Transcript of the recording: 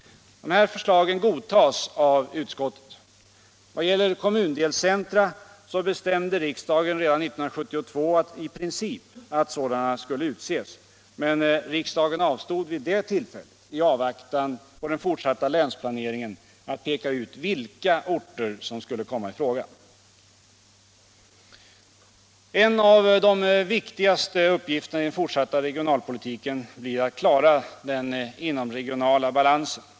De här förslagen godtas av utskottet. Vad gäller kommundelscentra bestämde riksdagen redan 1972 i princip att sådana skulle utses, men riksdagen avstod vid det tillfället i avvaktan på den fortsatta länsplaneringen att peka ut vilka orter som skulle komma i fråga. En av de viktigaste uppgifterna i den fortsatta regionalpolitiken blir att klara den inomregionala balansen.